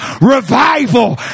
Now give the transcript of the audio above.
Revival